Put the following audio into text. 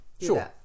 sure